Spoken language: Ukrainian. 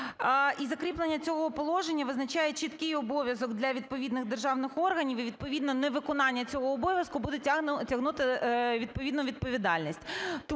І закріплення цього положення визначає чіткий обов'язок для відповідних державних органів і відповідно невиконання цього обов'язку буде тягнути відповідно відповідальність.